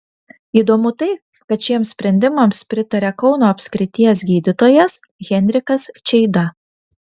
įdomu tai kad šiems sprendimams pritaria kauno apskrities gydytojas henrikas čeida